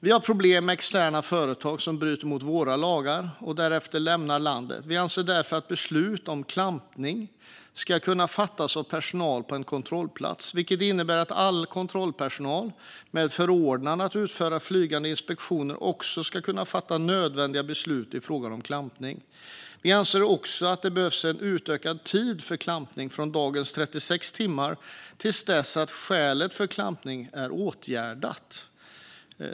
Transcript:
Vi har problem med externa företag som bryter mot Sveriges lagar och därefter lämnar landet. Vi anser därför att beslut om klampning ska kunna fattas av personal på en kontrollplats, vilket innebär att all kontrollpersonal med förordnande att utföra flygande inspektioner också ska kunna fatta nödvändiga beslut i fråga om klampning. Vi anser också att det behövs en utökad tid för klampning från dagens 36 timmar till dess att skälet för klampningen är åtgärdat.